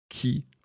qui